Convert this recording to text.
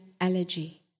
allergy